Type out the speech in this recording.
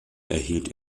erhielt